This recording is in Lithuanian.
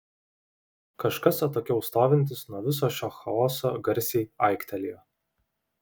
kažkas atokiau stovintis nuo viso šio chaoso garsiai aiktelėjo